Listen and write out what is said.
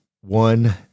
one